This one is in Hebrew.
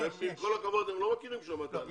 עם כל הכבוד הם לא מכירים שם את האנשים.